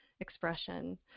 expression